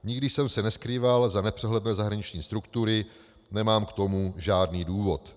Nikdy jsem se neskrýval za nepřehledné zahraniční struktury, nemám k tomu žádný důvod.